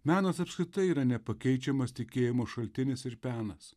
menas apskritai yra nepakeičiamas tikėjimo šaltinis ir penas